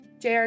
JR